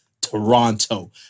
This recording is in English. Toronto